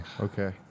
Okay